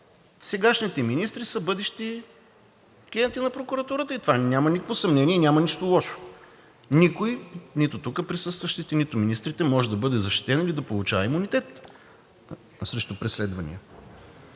Сегашните министри са бъдещи клиенти на прокуратурата и в това няма никакво съмнение, няма нищо лошо. Никой – нито тук присъстващите, нито министрите, не може да бъде защитен и да получава имунитет срещу преследвания.